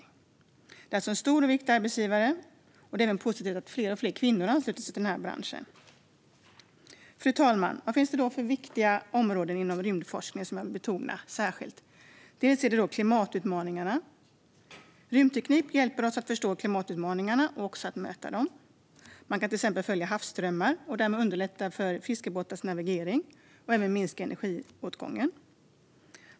Det handlar alltså om en stor och viktig arbetsgivare. Det är även positivt att allt fler kvinnor har anslutit sig till branschen. Fru talman! Vilka viktiga områden inom rymdforskningen vill jag särskilt betona? Det gäller först klimatutmaningarna. Rymdteknik hjälper oss att förstå dem och också att möta dem. Man kan till exempel följa havsströmmar och därmed underlätta för fiskebåtars navigering och även minska energiåtgången.